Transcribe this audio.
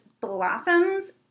blossoms